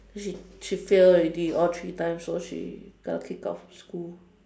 then she she fail already all three times then she kena kicked out from school